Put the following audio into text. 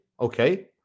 Okay